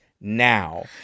now